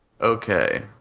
Okay